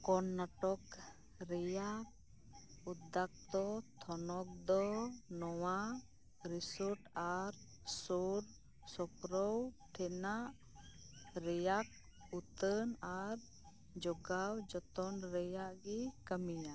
ᱠᱚᱨᱱᱟᱴᱚᱠ ᱨᱮᱭᱟᱜ ᱩᱫᱟᱛᱛᱚ ᱛᱷᱚᱱᱚᱛ ᱫᱚ ᱱᱚᱣᱟ ᱨᱤᱥᱚᱴ ᱟᱨ ᱥᱩᱨ ᱥᱩᱯᱩᱨ ᱴᱷᱮᱱᱟᱜ ᱨᱮᱭᱟᱜ ᱩᱛᱱᱟᱹᱣ ᱟᱨ ᱡᱚᱜᱟᱣ ᱡᱚᱛᱚᱱ ᱨᱮᱭᱟᱜ ᱮ ᱠᱟᱹᱢᱤᱭᱟ